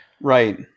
Right